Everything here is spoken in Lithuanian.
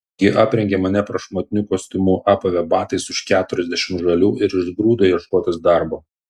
ji aprengė mane prašmatniu kostiumu apavė batais už keturiasdešimt žalių ir išgrūdo ieškotis darbo